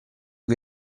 che